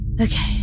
Okay